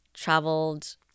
traveled